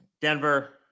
Denver